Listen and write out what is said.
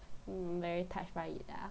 mm very touched by it lah